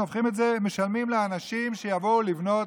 ומשלמים לאנשים שיבואו לבנות,